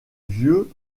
vieux